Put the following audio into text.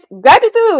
gratitude